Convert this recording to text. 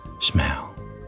smell